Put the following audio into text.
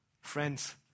Friends